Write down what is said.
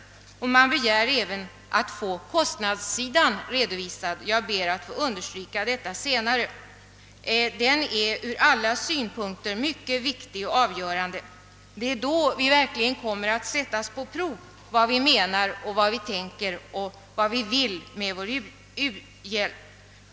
Det har också begärts att kostnadssidan skall redovisas. Detta vill jag understryka. Kostnadssidan är ur alla synpunkter mycket viktig och avgörande. Det är där vi verkligen sättes på prov, och det är där det kommer till synes vad vi menar, tänker och vill med vår u-hjälp.